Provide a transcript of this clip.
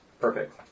Perfect